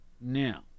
Now